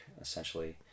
essentially